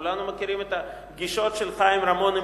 כולנו מכירים את הפגישות של חיים רמון עם